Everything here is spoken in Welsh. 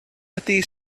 ydy